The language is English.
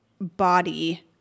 body